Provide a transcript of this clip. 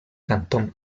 cantón